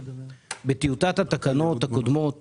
בטיוטת התקנות הקודמות